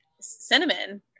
cinnamon